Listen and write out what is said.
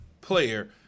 player